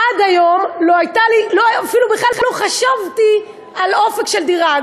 עד היום אפילו בכלל לא חשבתי על אופק של דירה.